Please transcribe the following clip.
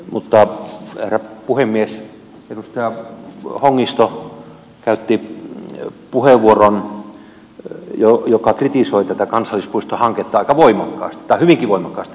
mutta herra puhemies edustaja hongisto käytti puheenvuoron jossa hän kritisoi tätä kansallispuistohanketta aika voimakkaasti tai hyvinkin voimakkaasti näin voi sanoa